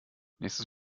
nächstes